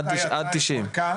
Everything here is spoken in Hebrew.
עד 90. בינתיים העמותה התפרקה.